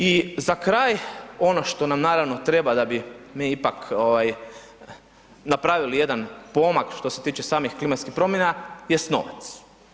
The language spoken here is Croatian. I za kraj, ono što nam naravno treba da bi mi ipak ovaj napravili jedan pomak što se tiče samih klimatskih promjena jest novac.